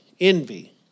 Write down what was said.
envy